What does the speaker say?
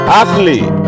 athlete